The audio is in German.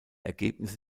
ergebnisse